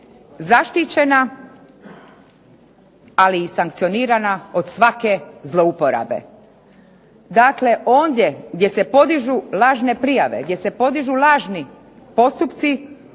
zaštićena, ali i sankcionirana od svake zlouporabe. Dakle ondje gdje se podižu lažne prijave, gdje se podižu lažni postupci